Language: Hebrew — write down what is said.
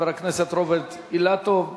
חבר הכנסת רוברט אילטוב,